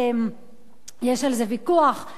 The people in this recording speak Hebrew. יש על זה ויכוח,